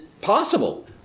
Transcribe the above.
possible